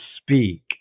speak